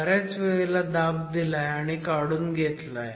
बऱ्याच वेळेला दाब दिलाय आणि काढून घेतलाय